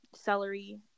celery